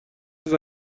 وقتی